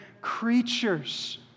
creatures